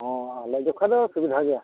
ᱦᱳᱭ ᱟᱞᱮ ᱡᱚᱠᱷᱟᱡ ᱫᱚ ᱥᱩᱵᱤᱫᱟ ᱜᱮᱭᱟ